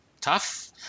tough